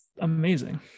amazing